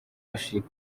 worship